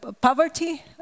poverty